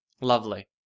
Lovely